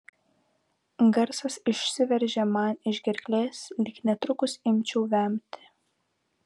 garsas išsiveržė man iš gerklės lyg netrukus imčiau vemti